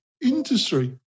industry